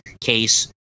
case